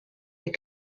est